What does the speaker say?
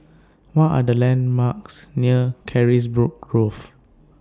What Are The landmarks near Carisbrooke Grove